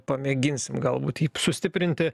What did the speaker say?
pamėginsim galbūt jį sustiprinti